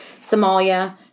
Somalia